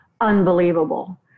unbelievable